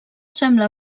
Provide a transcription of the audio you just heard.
sembla